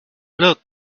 look